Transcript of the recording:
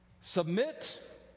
submit